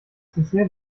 dessert